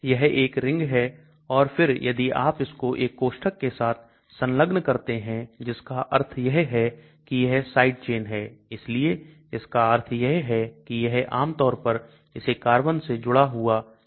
यह एक रिंग है और फिर यदि आप इसको एक कोष्ठक के साथ संलग्न करते हैं जिसका अर्थ यह है कि यह साइड चेन है इसलिए इसका अर्थ यह है कि यह आमतौर पर इसे कार्बन से जुड़ा एक Ketone है